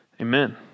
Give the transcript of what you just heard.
Amen